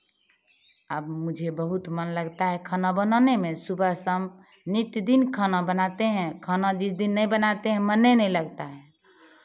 अब मुझे बहुत मन लगता है खाना बनाने में सुबह शाम नित्य दिन खाना बनाते हैं खाना जिस दिन नहीं बनाते हैं मने नहीं लगता है